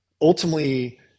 ultimately